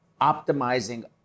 optimizing